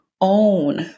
own